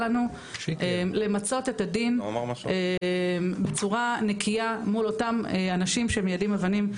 לנו למצות את הדין בצורה נקייה מול אותם אנשים שמיידים אבנים,